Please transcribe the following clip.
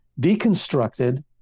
deconstructed